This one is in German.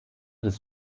des